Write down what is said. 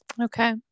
Okay